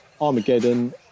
Armageddon